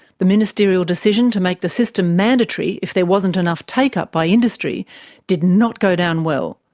the ministerial decision to make the system mandatory if there wasn't enough take-up by industry did not go down well.